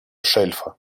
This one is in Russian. шельфа